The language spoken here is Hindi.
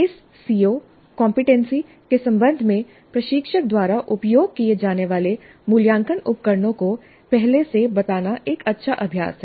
इस सीओ कंपीटेंसी के संबंध में प्रशिक्षक द्वारा उपयोग किए जाने वाले मूल्यांकन उपकरणों को पहले से बताना एक अच्छा अभ्यास है